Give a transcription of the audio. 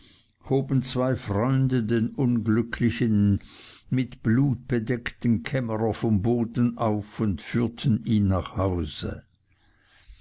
hoben zwei freunde den unglücklichen mit blut bedeckten kämmerer vom boden auf und führten ihn nach hause